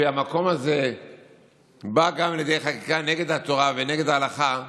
שהמקום הזה בא גם לידי חקיקה נגד התורה ונגד ההלכה,